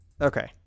Okay